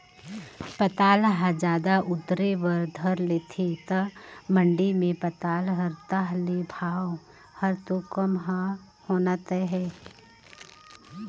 पताल ह जादा उतरे बर धर लेथे त मंडी मे पताल हर ताह ले भाव हर तो कम ह होना तय हे